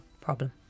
problem